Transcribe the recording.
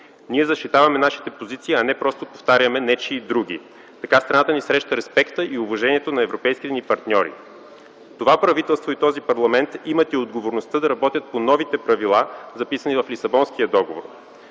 Ние защитаваме нашите позиции, а не просто повтаряме нечии други. Така страната ни среща респекта и уважението на европейските ни партньори. Това правителство и този парламент имат и отговорността да работят по новите правила записани в Лисабонския договор.